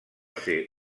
ser